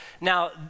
Now